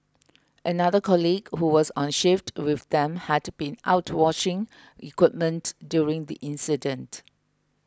another colleague who was on shift with them had been out washing equipment during the incident